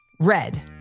red